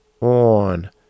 on